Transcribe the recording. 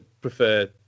prefer